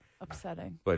upsetting